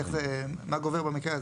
מה גובר במקרה הזה?